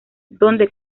donde